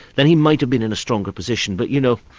then he might have been in a stronger position. but you know,